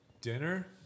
Dinner